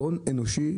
הון אנושי,